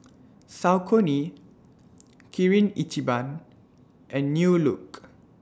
Saucony Kirin Ichiban and New Look